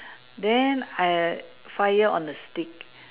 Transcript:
then I fire on the stick